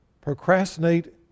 procrastinate